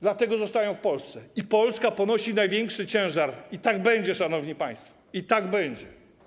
Dlatego zostają w Polsce, więc Polska ponosi największy ciężar, i tak będzie, szanowni państwo, i tak będzie.